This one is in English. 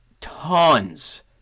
tons